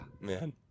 Man